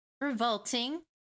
Revolting